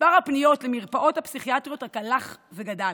מספר הפניות למרפאות הפסיכיאטריות רק הלך וגדל.